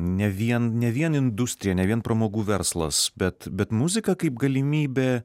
ne vien ne vien industrija ne vien pramogų verslas bet bet muzika kaip galimybė